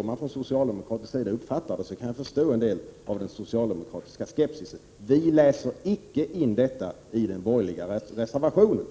Om man på socialdemokratiskt håll uppfattar saken så, kan jag förstå en del av den socialdemokratiska skepsisen. Vi läser icke in detta i den borgerliga reservationen.